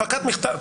הפקת מכתב?